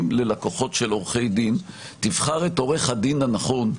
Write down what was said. ללקוחות של עורכי דין: תבחר את עורך הדין הנכון,